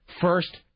first